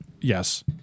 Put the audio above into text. Yes